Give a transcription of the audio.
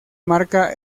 marca